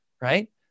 right